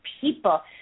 people